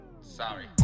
sorry